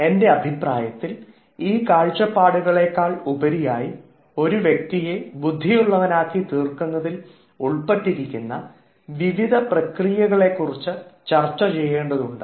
എൻറെ അഭിപ്രായത്തിൽ ഈ കാഴ്ചപ്പാടുകളെക്കാൾ ഉപരിയായി ഒരു വ്യക്തിയെ ബുദ്ധിയുള്ളവനാക്കി തീർക്കുന്നതിൽ ഉൾപ്പെട്ടിരിക്കുന്ന വിവിധ പ്രക്രിയകളെ കുറിച്ച് ചർച്ച ചെയ്യേണ്ടതുണ്ട്